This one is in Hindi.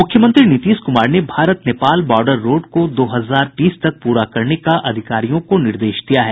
मुख्यमंत्री नीतीश कुमार ने भारत नेपाल बॉर्डर रोड को दो हजार बीस तक पूरा करने का अधिकारियों को निर्देश दिया है